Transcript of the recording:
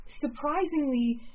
Surprisingly